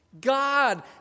God